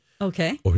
Okay